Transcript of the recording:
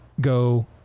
go